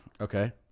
okay